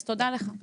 אז תודה לך.